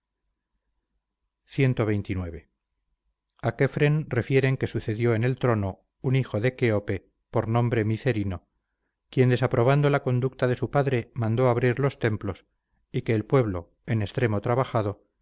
edificaron cxxix a quefren refieren que sucedió en el trono un hijo de quéope por nombre micerino quien desaprobando la conducta de su padre mandó abrir los templos y que el pueblo en extremo trabajado